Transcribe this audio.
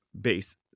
base